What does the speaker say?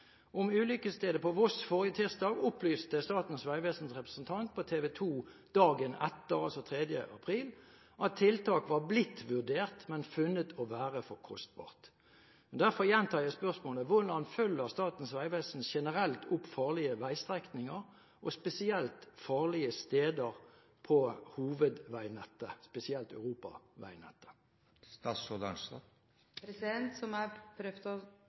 Om ulykkesstedet på Voss forrige tirsdag opplyste Statens vegvesens representant på TV 2 dagen etter, altså den 3. april, at tiltak var blitt vurdert, men funnet å være for kostbart. Derfor gjentar jeg spørsmålet: Hvordan følger Statens vegvesen generelt opp farlige veistrekninger, spesielt farlige steder på hovedveinettet – spesielt europaveinettet? Som jeg prøvde å